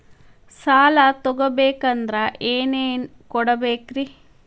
ಸಾಲ ತೊಗೋಬೇಕಂದ್ರ ಏನೇನ್ ಕೊಡಬೇಕ್ರಿ?